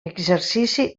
exercici